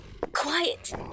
Quiet